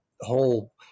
whole